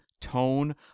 tone